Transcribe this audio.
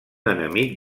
enemic